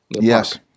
Yes